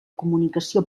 comunicació